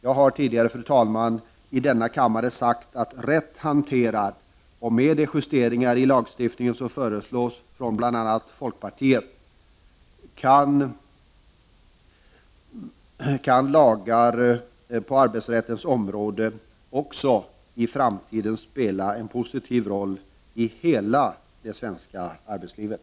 Jag har tidigare, fru talman, i denna kammare sagt att rätt hanterade och med de justeringar i lagstiftningen som föreslås från bl.a. folkpartiet kan lagar på arbetsrättens område också i framtiden spela en positiv roll i hela det svenska arbetslivet.